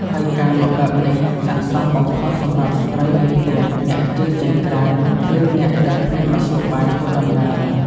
ហើយការលក់បែបនេះស័ក្តិសមបំផុតសម្រាប់ស្ត្រីមេផ្ទះ អ្នកខ្ជិលចេញក្រៅ ឬអ្នកដែលគ្មានមធ្យោបាយធ្វើដំណើរ។